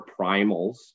primals